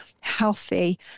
healthy